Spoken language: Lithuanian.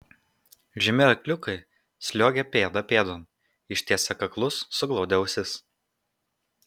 žemi arkliukai sliuogė pėda pėdon ištiesę kaklus suglaudę ausis